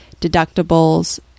deductibles